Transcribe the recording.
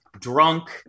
drunk